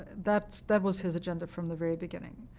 that that was his agenda from the very beginning.